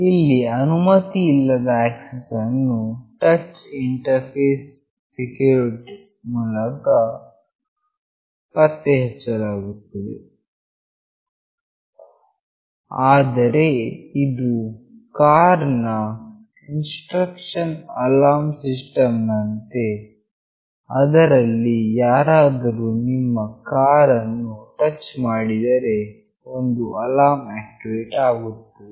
ಇಲ್ಲಿ ಅನುಮತಿಯಿಲ್ಲದ ಆಕ್ಸೆಸ್ ಅನ್ನು ಟಚ್ ಇಂಟರ್ಫೇಸ್ ಸರ್ಕ್ಯೂಟ್ ನ ಮೂಲಕ ಪತ್ತೆಹಚ್ಚಲಾಗುತ್ತದೆ ಅಂದರೆ ಇದು ಕಾರ್ ನ ಇನ್ಟ್ರುಷನ್ ಅಲಾರ್ಮ್ ಸಿಸ್ಟಮ್ ನಂತೆ ಅದರಲ್ಲಿ ಯಾರಾದರು ನಿಮ್ಮ ಕಾರ್ ಅನ್ನು ಟಚ್ ಮಾಡಿದರೆ ಒಂದು ಅಲಾರ್ಮ್ ವು ಆಕ್ಟಿವೇಟ್ ಆಗುತ್ತದೆ